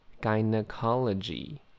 Gynecology